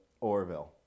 Orville